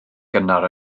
gynnar